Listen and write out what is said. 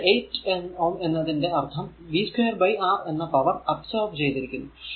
ഇവിടെ 8 Ω എന്നതിന്റെ അർഥം v 2 ബൈ R എന്ന പവർ അബ്സോർബ് ചെയ്തിരിക്കുന്നു